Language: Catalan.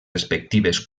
respectives